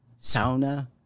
sauna